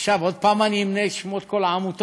עכשיו עוד פעם אני אמנה את שמות כל העמותות?